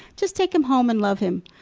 just take him home and love him,